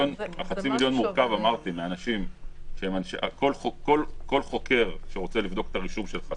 החצי-מיליון מורכב כל חוקר שרוצה לבדוק את הרישום שלך,